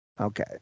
Okay